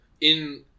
in-